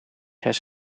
has